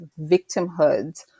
victimhood